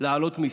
להעלות מיסים.